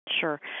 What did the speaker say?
Sure